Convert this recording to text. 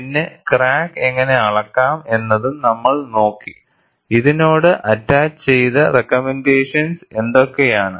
പിന്നെക്രാക്ക് എങ്ങനെ അളക്കാം എന്നതും നമ്മൾ നോക്കി ഇതിനോട് അറ്റാച്ച് ചെയ്ത റേക്കമെൻറ്റേഷൻസ് എന്തൊക്കെയാണ്